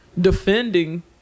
defending